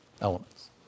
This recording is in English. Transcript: elements